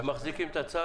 הם מחזיקים את הצו.